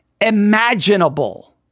imaginable